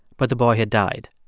but the boy had died.